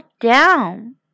down